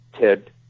Ted